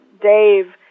Dave